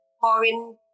foreign